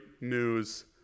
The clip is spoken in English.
news